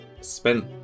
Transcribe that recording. spent